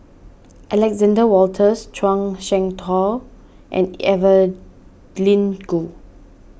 Alexander Wolters Zhuang Shengtao and Evelyn Goh